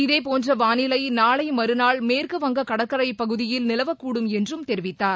இதேபோன்ற வானிலை நாளை மறநாள் மேற்குவங்க கடற்கரை பகுதியில் நிலவக்கூடும் என்றும் தெரிவித்தார்